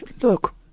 look